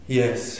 yes